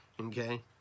Okay